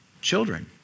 children